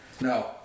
no